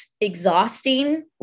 exhausting